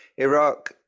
Iraq